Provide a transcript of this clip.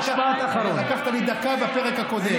לקחת לי בפרק הקודם.